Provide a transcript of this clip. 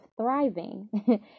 thriving